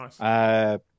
Nice